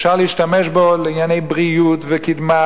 אפשר להשתמש בו לענייני בריאות וקידמה